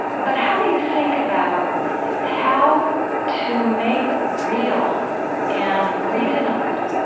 but how do you think about how to make real and reasonable